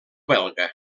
belga